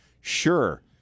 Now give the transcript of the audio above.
Sure